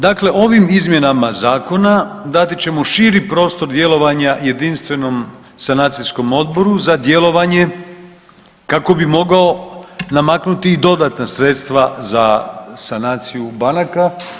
Dakle, ovim izmjenama zakona dati ćemo širi prostor djelovanja Jedinstvenom sanacijskom odboru za djelovanje kako bi mogao namaknuti i dodatna sredstva za sanaciju banaka.